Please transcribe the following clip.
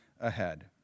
ahead